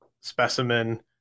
specimen